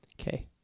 okay